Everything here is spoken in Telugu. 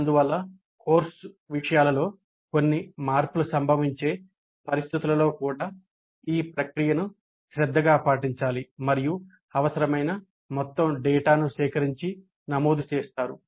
అందువల్ల కోర్సు విషయాలలో కొన్ని మార్పులు సంభవించే పరిస్థితులలో కూడా ఈ ప్రక్రియను శ్రద్ధగా పాటించాలి మరియు అవసరమైన మొత్తం డేటాను సేకరించి నమోదు చేస్తారు